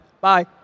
Bye